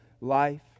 life